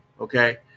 Okay